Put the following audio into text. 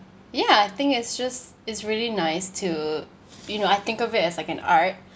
ya I think it's just it's really nice to you know I think of it as like an art